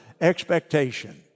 expectation